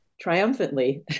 triumphantly